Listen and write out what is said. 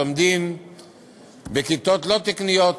לומדים בכיתות לא תקניות.